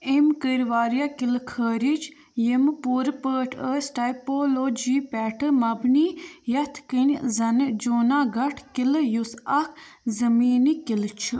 أمۍ کٔرۍ واریاہ قٕلہٕ خٲرج یِم پوٗرٕ پٲٹھۍ ٲسۍ ٹائپولوجی پٮ۪ٹھٕ مبنی یتھ کٔنۍ زَن جوناگڑھ قٕلہٕ یُس اکھ زٔمیٖنی قٕلہٕ چھُ